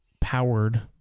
powered